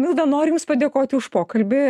milda noriu jums padėkoti už pokalbį